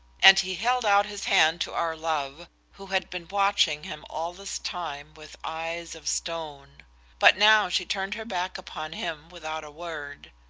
and he held out his hand to our love, who had been watching him all this time with eyes of stone but now she turned her back upon him without a word.